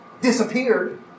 disappeared